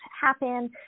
happen